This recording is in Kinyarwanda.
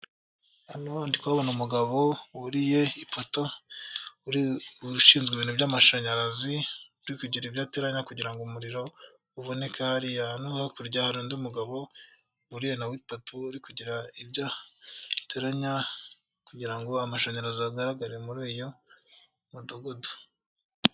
Hano ndi kuhabona umugabo wuriye ipoto, ushinzwe ibintu by'amashanyarazi. Uri kugira ibyo ateranya kugira ngo umuriro uboneke hariya, no hakurya hari undi mugabo wuriye nawe ipoto. Uri kugira ibyo ateranya kugira ngo amashanyarazi agaragare muri uyu mudugudu.